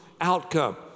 outcome